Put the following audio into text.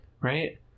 Right